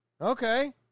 Okay